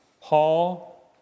Paul